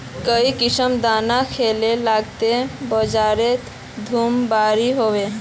काई किसम दाना खिलाले लगते बजारोत दूध बासी होवे?